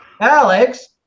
Alex